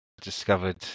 discovered